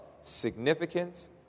significance